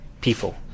people